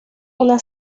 una